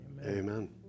Amen